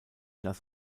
das